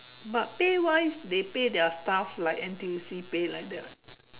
but pay wise they pay their staff like N_T_U_C pay like that